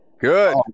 Good